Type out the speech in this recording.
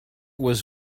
was